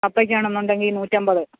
കപ്പയ്ക്ക് ആണെന്നുണ്ടെങ്കിൽ നൂറ്റമ്പത്